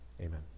Amen